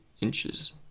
inches